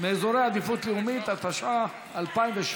מאזורי עדיפות לאומית), התשע"ח 2017,